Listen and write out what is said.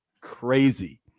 crazy